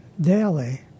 daily